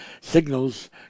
signals